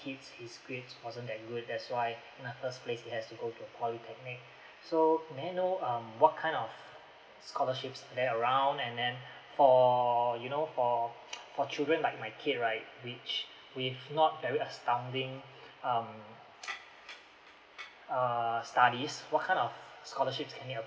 kid his grades wasn't that good that's why in the first place he has to go to a polytechnic so may I know um what kind of scholarships are there around and then for you know for for children like my kid right which with not very astounding um err studies what kind of scholarships can he